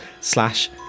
slash